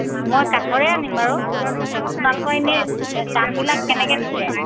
মই কাঠৰে আনিম বাৰু আপোনালোকৰ এনেই এই দামবিলাক কেনেকৈ দিছে